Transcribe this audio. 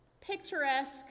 picturesque